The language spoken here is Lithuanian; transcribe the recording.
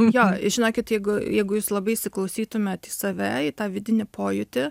jo žinokit jeigu jeigu jūs labai įsiklausytumėt į save į tą vidinį pojūtį